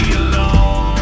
alone